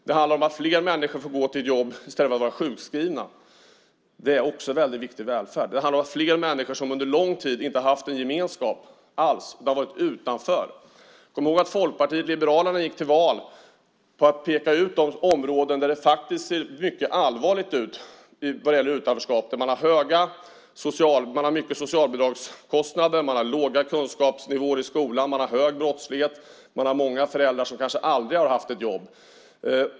Det handlar om att fler människor får gå till ett jobb i stället för att vara sjukskrivna. Det är också viktig välfärd. Det handlar om människor som under lång tid inte har haft en gemenskap alls, har varit utanför. Kom ihåg att Folkpartiet liberalerna gick till val på att peka ut de områden där det faktiskt ser mycket allvarligt ut vad gäller utanförskap. Det är höga socialbidragskostnader, låga kunskapsnivåer i skolan, hög brottslighet och många föräldrar som kanske aldrig har haft ett jobb.